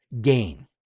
gain